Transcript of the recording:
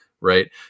right